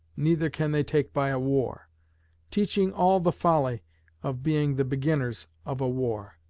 neither can they take by a war teaching all the folly of being the beginners of a war.